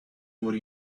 nor